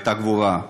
והייתה גבורה,